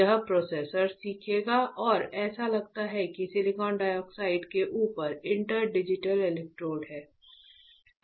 यह प्रोसेसर सीखेगा और ऐसा लगता है कि सिलिकॉन डाइऑक्साइड के ऊपर इंटर डिजिटल इलेक्ट्रोड हैं